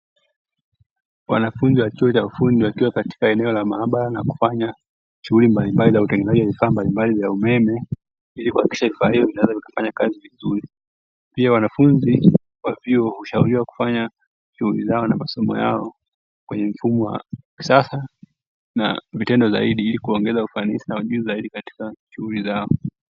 Wanafunzi wa chuo cha ufundi wakiwa katika eneo la maabara wakifanya shughuli mbalimbali za utengenezaji wa vifaa mbalimbali vya umeme, ili kuhakikisha vifaa hivyo vinaweza kufanya kazi vizuri pia wanafunzi wa vyuo hushauriwa kufanya shughuli zao na masomo yao kwenye mfumo wa kisasa na vitendo zaidi, ili kuongeza ufanisi na ujuzi zaidi katika shughuli zao.